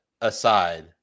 aside